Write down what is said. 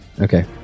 Okay